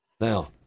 Now